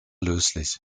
löslich